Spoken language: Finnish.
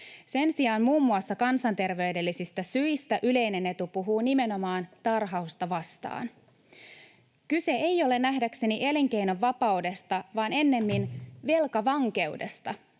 Sen sijaan muun muassa kansanterveydellisistä syistä yleinen etu puhuu nimenomaan tarhausta vastaan. Kyse ei ole nähdäkseni elinkeinovapaudesta vaan ennemmin velkavankeudesta,